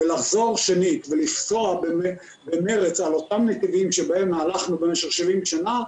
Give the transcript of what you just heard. לחזור שנית ולפסוע במרץ על אותם נתיבים בהם הלכנו במשך 70 שנים,